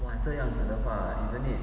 yeah